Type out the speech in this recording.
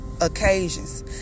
occasions